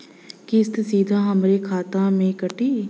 किस्त सीधा हमरे खाता से कटी?